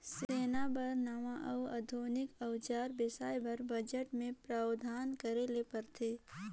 सेना बर नावां अउ आधुनिक अउजार बेसाए बर बजट मे प्रावधान करे ले परथे